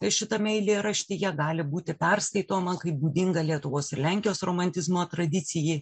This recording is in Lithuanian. štai šitame eilėraštyje gali būti perskaitoma kaip būdinga lietuvos ir lenkijos romantizmo tradicijai